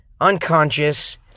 unconscious